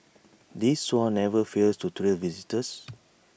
these swans never fail to thrill visitors